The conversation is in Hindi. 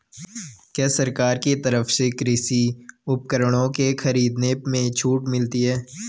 क्या सरकार की तरफ से कृषि उपकरणों के खरीदने में छूट मिलती है?